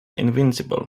invincible